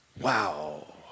Wow